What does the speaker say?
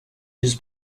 his